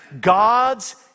God's